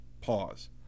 pause